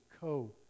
co